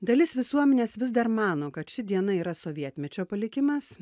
dalis visuomenės vis dar mano kad ši diena yra sovietmečio palikimas